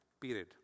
period